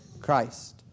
Christ